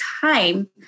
time